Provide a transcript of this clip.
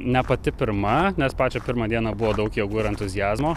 ne pati pirma nes pačią pirmą dieną buvo daug jėgų ir entuziazmo